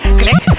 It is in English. click